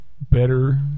better